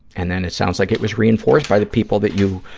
and then it sounds like it was reinforced by the people that you